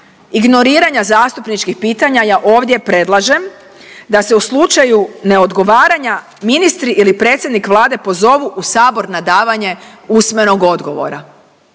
ignoriranja zastupničkih pitanja, ja ovdje predlažem da se u slučaju neodgovaranja, ministri ili predsjednik Vlade pozovu u Sabor na davanje usmenog odgovora.